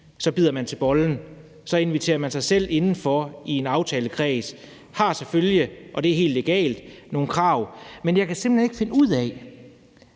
bider man til bollen. Så inviterer man sig selv inden for i en aftalekreds. Man har selvfølgelig, og det er helt legalt, nogle krav. Men jeg kan simpelt hen ikke finde ud af,